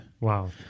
Wow